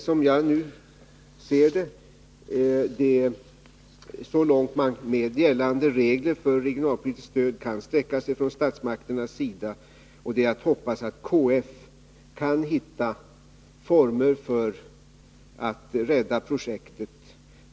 Som jag nu ser det är det så långt som man, med gällande regler för regionalpolitiskt stöd, kan sträcka sig från statsmakternas sida. Det är att hoppas att KF kan hitta former för att rädda projektet.